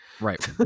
Right